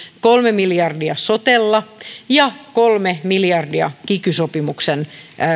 kolme miljardia sotella ja kolme miljardia kiky sopimuksen